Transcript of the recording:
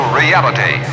reality